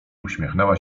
uśmiechnęła